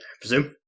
presume